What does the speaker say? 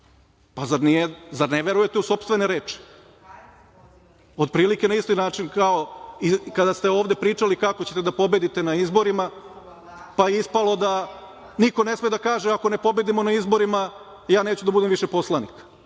Zar ne verujete u sopstvene reči? Otprilike na isti način kao kada ste ovde pričali kako ćete da pobedite na izborima, pa je ispalo da niko ne sme23/2 MZ/LŽda kaže – ako ne pobedimo na izborima, ja neću više da budem poslanik.